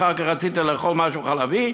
אחר כך רציתי לאכול משהו חלבי,